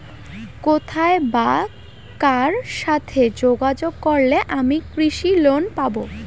কোথায় বা কার সাথে যোগাযোগ করলে আমি কৃষি লোন পাব?